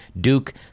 Duke